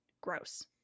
Gross